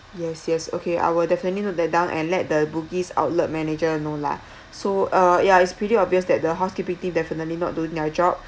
yes yes okay I will definitely note that down and let the Bugis outlet manager know lah so uh yeah it's pretty obvious that the housekeeping team definitely not doing their job